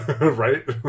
Right